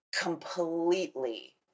completely